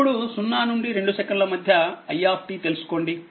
ఇప్పుడు 0 నుండి 2 సెకన్ల మధ్యi తెలుసుకోండి